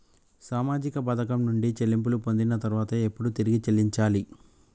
సామాజిక పథకం నుండి చెల్లింపులు పొందిన తర్వాత ఎప్పుడు తిరిగి చెల్లించాలి?